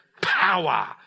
power